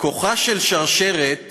כוחה של שרשרת